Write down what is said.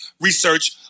research